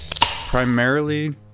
Primarily